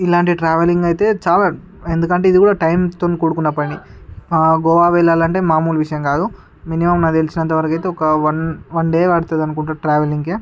ఇలాంటి ట్రావెలింగ్ అయితే చాలా ఎందుకంటే ఇది కూడా టైం తో కూడుకున్న పని గోవా వెళ్లాలంటే మాములు విషయం కాదు మినిమం నాకు తెలిసినంత వరకు అయితే ఒక ఒన్ డే పడుతుంది అనుకుంటా ట్రావెలింగ్కే